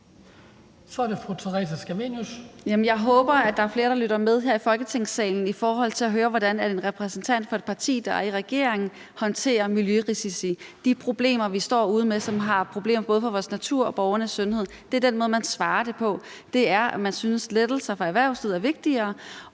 Scavenius. Kl. 16:39 Theresa Scavenius (UFG): Jeg håber, at der er flere, der lytter med her i Folketingssalen i forhold til at høre, hvordan en repræsentant for et parti, der er i regering, håndterer miljørisici, de problemer, vi står med derude, og som har betydning for både vores natur og borgernes sundhed. Den måde, man besvarer det på, er, at man synes, at lettelser for erhvervslivet er vigtigere,